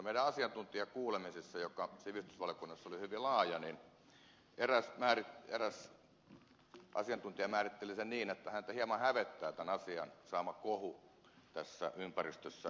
meidän asiantuntijakuulemisessamme joka sivistysvaliokunnassa oli hyvin laaja eräs asiantuntija määritteli sen niin että häntä hieman hävettää tämän asian saama kohu tässä ympäristössä